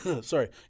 Sorry